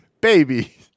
Baby